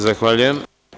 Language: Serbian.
Zahvaljujem.